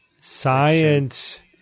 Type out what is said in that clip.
science